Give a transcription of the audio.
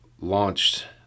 launched